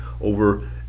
over